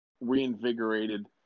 reinvigorated